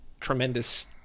tremendous